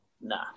nah